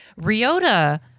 Ryota